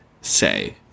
say